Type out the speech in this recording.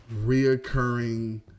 reoccurring